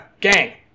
gang